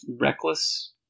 reckless